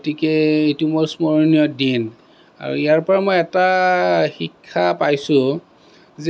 গতিকে এইটো মোৰ স্মৰণীয় দিন আৰু ইয়াৰ পৰা মই এটা শিক্ষা পাইছোঁ